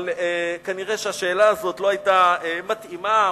אבל כנראה השאלה הזאת לא היתה מתאימה,